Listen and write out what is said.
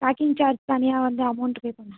packing charge தனியாக வந்து amount pay பண்ணுமா